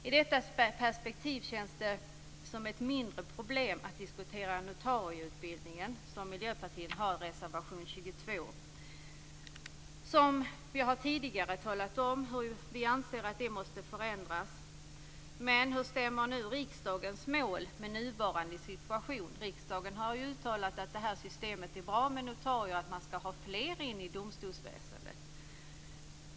I detta perspektiv känns det som ett mindre problem att diskutera notarieutbildningen, som Miljöpartiet gör i reservation 22. Vi har tidigare talat om hur vi anser att den måste förändras. Hur stämmer riksdagens mål med nuvarande situation? Riksdagen har ju uttalat att systemet med notarier är bra och att man ska ha in fler notarier i domstolsväsendet.